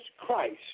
Christ